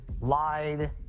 lied